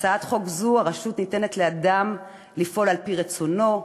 בהצעת חוק זו הרשות ניתנת לאדם לפעול על-פי רצונו,